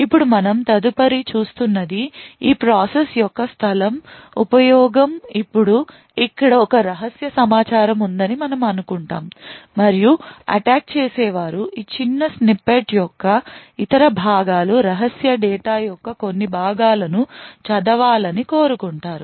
ఇప్పుడు మనం తదుపరి చూస్తున్నది ఈ ప్రాసెస్ స్థలం యొక్క ఉపయోగం ఇప్పుడు ఇక్కడ ఒక రహస్య సమాచారం ఉందని మనము అనుకుంటాము మరియు అటాక్ చేసేవారు ఈ చిన్న స్నిప్పెట్ యొక్క ఇతర భాగాలు రహస్య డేటా యొక్క కొన్ని భాగాలను చదవాలని కోరుకుంటారు